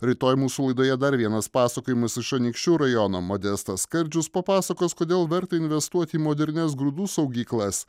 rytoj mūsų laidoje dar vienas pasakojimas iš anykščių rajono modestas skardžius papasakos kodėl verta investuoti į modernias grūdų saugyklas